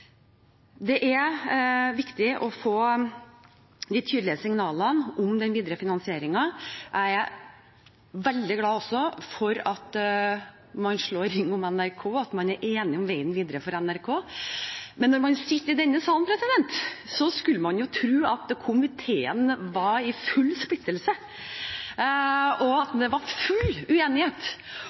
Det er viktig å få tydelige signaler om den videre finansieringen. Jeg er veldig glad for at man slår ring om NRK, at man er enig om veien videre for NRK. Men når man sitter i denne salen, skulle man tro at komiteen var i full splittelse, og at det var full uenighet